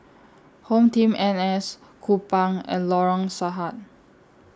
HomeTeam N S Kupang and Lorong Sahad